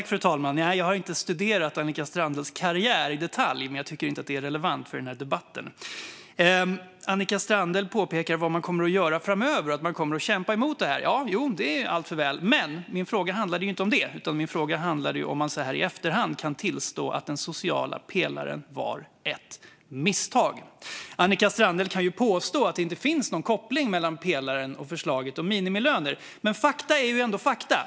Fru talman! Nej, jag har inte studerat Annika Strandhälls karriär i detalj, men jag tycker inte att det är relevant för debatten. Annika Strandhäll påpekar vad man kommer att göra framöver och att man kommer att kämpa emot detta. Ja, jo, det är ju gott och väl, men min fråga handlade inte om det. Min fråga handlade om huruvida man så här i efterhand kan tillstå att den sociala pelaren var ett misstag. Annika Strandhäll kan ju påstå att det inte finns någon koppling mellan pelaren och förslaget om minimilöner, men fakta är ändå fakta.